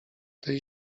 tej